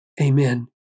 Amen